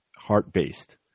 heart-based